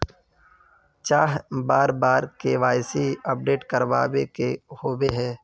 चाँह बार बार के.वाई.सी अपडेट करावे के होबे है?